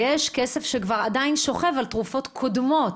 ויש כסף שעדיין שוכב על תרופות קודמות.